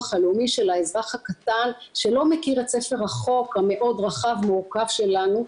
הלאומי של האזרח הקטן שלא מכיר את ספר החוק המאוד רחב ומורכב שלנו,